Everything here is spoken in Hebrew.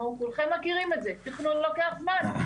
נו, כולכם מכירים את זה, תכנון לוקח זמן.